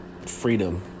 freedom